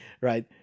right